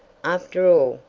after all,